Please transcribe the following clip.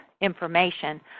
information